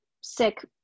sick